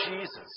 Jesus